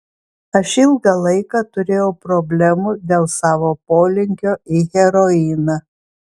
aš ilgą laiką turėjau problemų dėl savo polinkio į heroiną